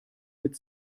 mit